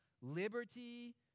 liberty